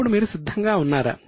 ఇప్పుడు మీరు సిద్ధంగా ఉన్నారా